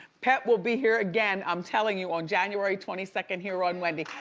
pep will be here again i'm telling you on january twenty second here on wendy,